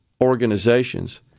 organizations